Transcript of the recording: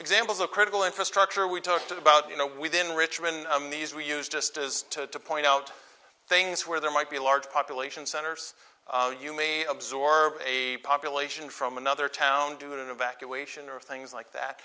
examples of critical infrastructure we talked about you know within richmond these were used just as to point out things where there might be a large population centers you may absorb a population from another town doing an evacuation or things like that